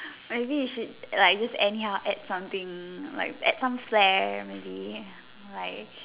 I wish it like just anyhow add something like add some flare maybe like